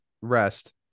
rest